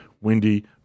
windy